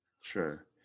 Sure